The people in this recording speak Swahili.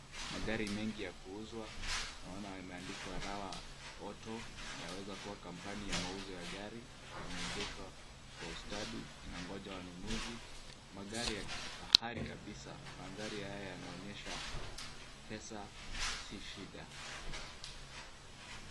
Magari mengi ya kuuzwa, naona imeandikwa RAWA AUTO, yaweza kuwa kampuni ya mauzo ya gari, yameegeshwa kwa ustadi inangoja wanunuzi, magari ya kifahari kabisa, mandhari haya yanaonyesha pesa si shida.